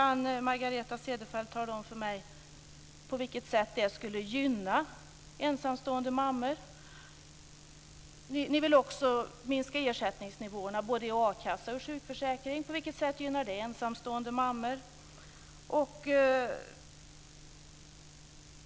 Kan Margareta Cederfelt tala om för mig på vilket sätt det skulle gynna ensamstående mammor? Ni vill också minska ersättningsnivåerna både i akassa och sjukförsäkring. På vilket sätt gynnar det ensamstående mammor?